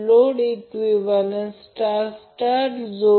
तर हे प्रत्यक्षात रेलेशन आहे जे लाईन ते व्होल्टेजआहे